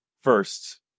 first